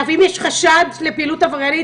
ואם יש חשד לפעילות עבריינית?